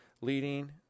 leading